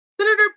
Senator